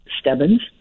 Stebbins